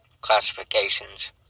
classifications